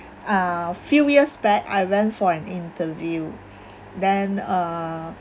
uh few years back I went for an interview then err